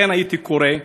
לכן הייתי קורא: